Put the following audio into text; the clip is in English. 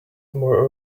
more